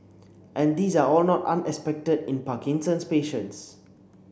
and these are all not unexpected in Parkinson's patients